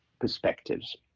perspectives